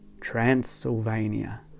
Transylvania